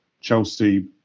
Chelsea